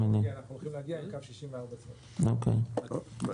אנחנו הולכים להגיע אל קו 64. מה